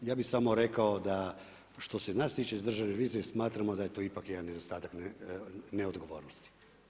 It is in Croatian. Ja bih samo rekao da što se nas tiče iz Državne revizije smatramo da je to ipak jedan nedostatak neodgovornosti.